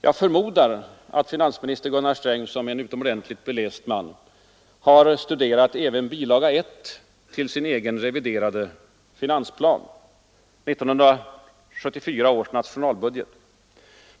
Jag förmodar dock att herr Sträng, som är en utomordentligt beläst man, har studerat även bilaga 1 till sin egen reviderade finansplan, 1974 års nationalbudget.